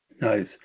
Nice